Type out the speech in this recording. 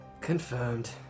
Confirmed